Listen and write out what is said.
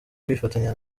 kwifatanya